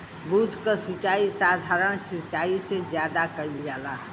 बूंद क सिचाई साधारण सिचाई से ज्यादा कईल जाला